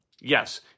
Yes